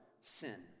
sin